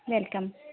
welcome